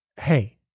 Hey